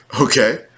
Okay